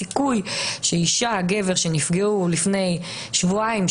הסיכוי שאישה או גבר שנפגעו לפני שבועיים,